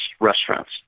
restaurants